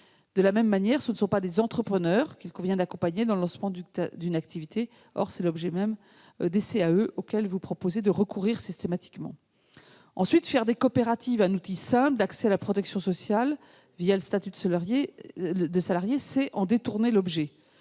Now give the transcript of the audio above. De la même manière, ce ne sont pas des entrepreneurs qu'il convient d'accompagner dans le lancement d'une activité, ce qui est l'objet même des CAE auquel vous proposez de recourir systématiquement. En second lieu, faire des coopératives un simple outil d'accès à la protection sociale le statut de salarié revient à en détourner l'objet.